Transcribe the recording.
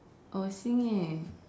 oh singing